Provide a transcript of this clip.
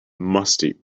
musty